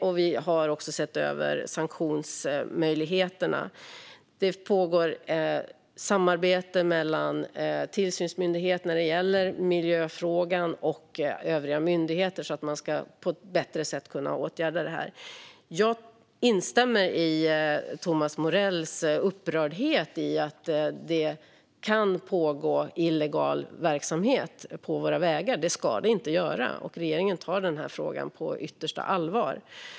Vi har också sett över sanktionsmöjligheterna. När det gäller miljöfrågan pågår samarbete mellan tillsynsmyndigheter och övriga myndigheter för att man på ett bättre sätt ska kunna åtgärda detta. Jag instämmer i Thomas Morells upprördhet över att det kan pågå illegal verksamhet på våra vägar; det ska det inte göra. Regeringen tar denna fråga på yttersta allvar.